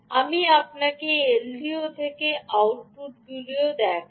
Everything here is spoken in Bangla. আমি আপনাকে এলডিও থেকে আউটপুটগুলিও দেখাই